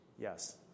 Yes